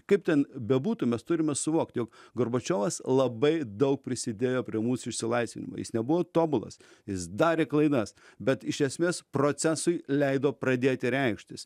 kaip ten bebūtų mes turime suvokt jog gorbačiovas labai daug prisidėjo prie mūsų išsilaisvinimo jis nebuvo tobulas jis darė klaidas bet iš esmės procesui leido pradėti reikštis